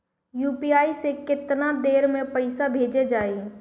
UPI से केतना देर मे पईसा भेजा जाई?